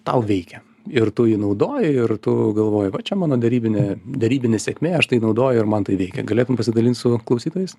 tau veikia ir tu jį naudoji ir tu galvoji va čia mano derybinė derybinė sėkmė aš tai naudoju ir man tai veikia galėtum pasidalint su klausytojais